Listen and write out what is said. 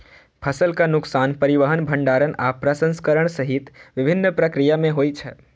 फसलक नुकसान परिवहन, भंंडारण आ प्रसंस्करण सहित विभिन्न प्रक्रिया मे होइ छै